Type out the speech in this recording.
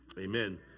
Amen